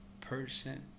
person